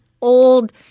old